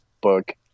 book